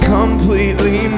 completely